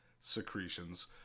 secretions